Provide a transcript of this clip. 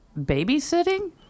babysitting